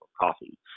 coffee